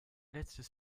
letztes